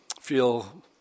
feel